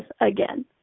again